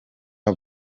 hon